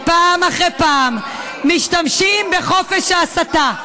הם פעם אחרי פעם משתמשים בחופש ההסתה,